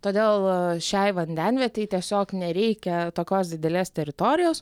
todėl šiai vandenvietei tiesiog nereikia tokios didelės teritorijos